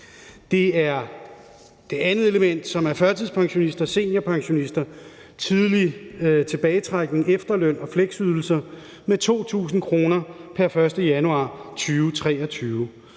Det andet element er i forhold til førtidspensionister og seniorpensionister og dem på tidlig tilbagetrækning, efterløn og fleksydelser, og det er med 2.000 kr. pr. 1. januar 2023.